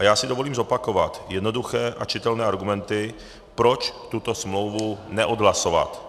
Já si dovolím zopakovat jednoduché a čitelné argumenty, proč tuto smlouvu neodhlasovat.